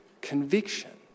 conviction